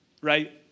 Right